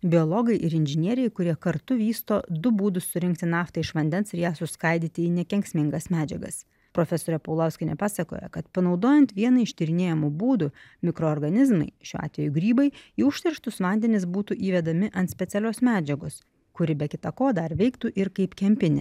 biologai ir inžinieriai kurie kartu vysto du būdus surinkti naftą iš vandens ir ją suskaidyti į nekenksmingas medžiagas profesorė paulauskienė pasakoja kad panaudojant vieną iš tyrinėjamų būdų mikroorganizmai šiuo atveju grybai į užterštus vandenis būtų įvedami ant specialios medžiagos kuri be kita ko dar veiktų ir kaip kempinė